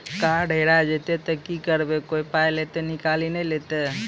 Card हेरा जइतै तऽ की करवै, कोय पाय तऽ निकालि नै लेतै?